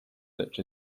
such